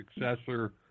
successor